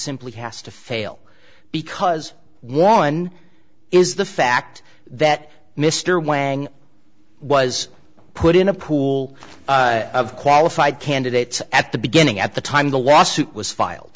simply has to fail because one is the fact that mr wang was put in a pool of qualified candidates at the beginning at the time the lawsuit was filed